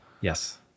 Yes